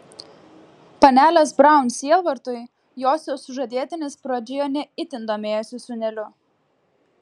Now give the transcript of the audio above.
panelės braun sielvartui josios sužadėtinis pradžioje ne itin domėjosi sūneliu